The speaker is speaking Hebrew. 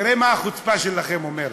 תראה מה החוצפה שלכם אומרת,